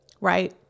right